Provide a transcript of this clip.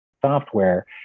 software